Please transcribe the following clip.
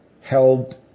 held